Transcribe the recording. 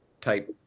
type